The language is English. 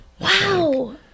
wow